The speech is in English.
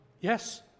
Yes